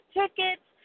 tickets